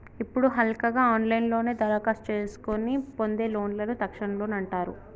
ఇప్పుడు హల్కగా ఆన్లైన్లోనే దరఖాస్తు చేసుకొని పొందే లోన్లను తక్షణ లోన్ అంటారు